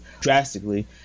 drastically